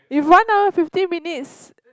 if one hour fifty minutes